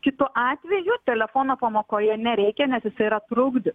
kitu atveju telefono pamokoje nereikia nes jisai yra trukdis